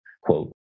quote